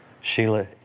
Sheila